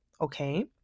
Okay